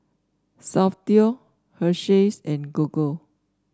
Soundteoh Hersheys and Gogo